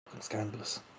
scandalous